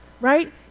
Right